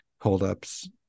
holdups